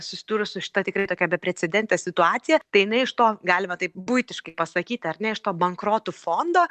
susidūrus su šita tikrai tokia beprecedente situacija tai na iš to galime taip buitiškai pasakyt ar ne iš to bankrotų fondo